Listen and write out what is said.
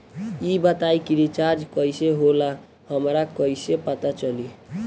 ई बताई कि रिचार्ज कइसे होला हमरा कइसे पता चली?